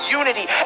unity